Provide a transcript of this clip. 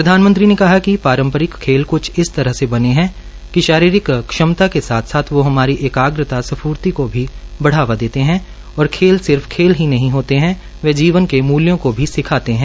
प्रधानमंत्री ने कहा कि पारंपरिक खेल कुछ इस तरह से बने हैं कि शारीरिक श्रमता के साथ साथ वो हमारी एकाग्रता स्फूर्ति को भी बढावा देते हैं और खेल सिर्फ खेल नहीं होते हैं वह जीवन के मुल्यों को सिखाते हैं